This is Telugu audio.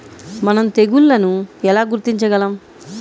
మనం తెగుళ్లను ఎలా గుర్తించగలం?